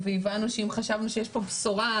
והבנו שאם חשבנו שיש פה בשורה,